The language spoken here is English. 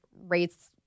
rates